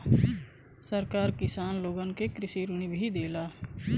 सरकार किसान लोगन के कृषि ऋण भी देला